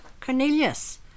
Cornelius